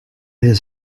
his